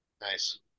Nice